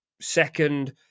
second